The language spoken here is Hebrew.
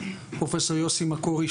פרופ' יוסי מקורי,